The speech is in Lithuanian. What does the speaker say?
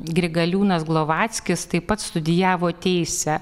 grigaliūnas glovackis taip pat studijavo teisę